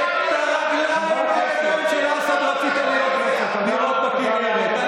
את הרגליים והידיים של אסד רצית לראות בכינרת.